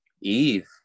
Eve